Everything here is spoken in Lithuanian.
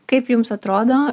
kaip jums atrodo